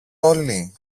όλοι